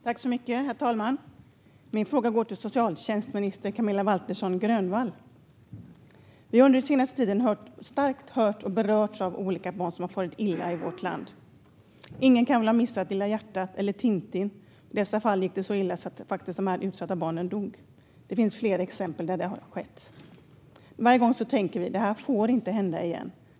Herr talman! Min fråga går till socialtjänstminister Camilla Waltersson Grönvall. Vi har under den senaste tiden starkt berörts av det vi hört om olika barn som farit illa i vårt land. Ingen kan väl ha missat "Lilla hjärtat" eller Tintin. I dessa fall gick det så illa att de utsatta barnen dog. Det finns fler exempel där det har skett. Varje gång tänker vi: Det här får inte hända igen!